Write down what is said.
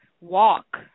walk